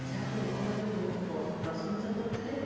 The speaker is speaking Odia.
ଯାହାକୁ ଲୋକମାନେ ବହୁତ ପ୍ରସଂଶା କରିଥିଲେ